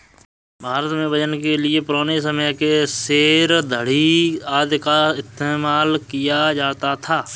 भारत में वजन के लिए पुराने समय के सेर, धडी़ आदि का इस्तेमाल किया जाता था